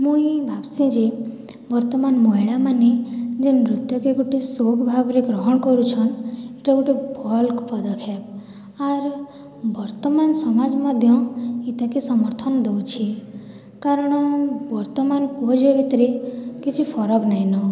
ମୁଇଁ ଭାବସିଁଯେ ବର୍ତ୍ତମାନ୍ ମହିଲାମାନେ ଜେନ୍ ନୃତ୍ୟକେ ଗୁଟେ ସଉକ୍ ଭାବ୍ରେ ଗ୍ରହଣ୍ କରୁଛନ୍ ଇଟା ଗୁଟେ ଭଲ୍ ପଦକ୍ଷେପ୍ ଆର୍ ବର୍ତ୍ତମାନ୍ ସମାଜ୍ ମଧ୍ୟ ଇଟାକେ ସମର୍ଥନ୍ ଦଉଛେ କାରଣ ବର୍ତ୍ତମାନ୍ ପୁଅ ଝିଅ ଭିତ୍ରେ କିଛି ଫରକ୍ ନାଇଁନ